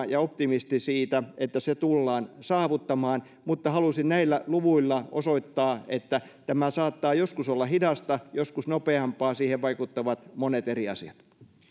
ja optimisti siinä että se tullaan saavuttamaan mutta halusin näillä luvuilla osoittaa että tämä saattaa joskus olla hidasta joskus nopeampaa siihen vaikuttavat monet eri asiat